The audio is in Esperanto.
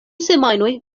semajnoj